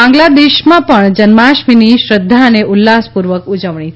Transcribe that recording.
બાંગ્લાદેશમાં પણ જન્માષ્ટમીની શ્રધ્ધા અને ઉલ્લાસ પૂર્વક ઉજવણી થઈ રહી છે